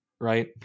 Right